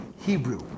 Hebrew